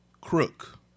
crook